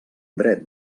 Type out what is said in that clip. dret